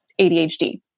ADHD